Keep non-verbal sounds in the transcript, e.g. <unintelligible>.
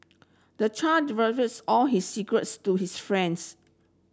the child <unintelligible> all his secrets to his friends